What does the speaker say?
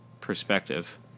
perspective